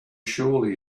surely